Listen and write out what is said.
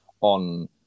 on